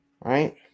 Right